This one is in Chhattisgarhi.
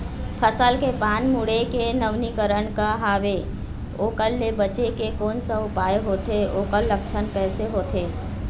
फसल के पान मुड़े के नवीनीकरण का हवे ओकर ले बचे के कोन सा उपाय होथे ओकर लक्षण कैसे होथे?